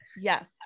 yes